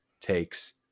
takes